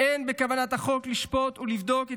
אין בכוונת החוק לשפוט או לבדוק את